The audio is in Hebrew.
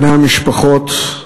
בני המשפחות,